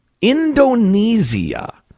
Indonesia